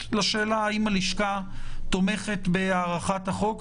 גם לשאלה האם הלשכה תומכת בהארכת החוק,